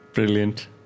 Brilliant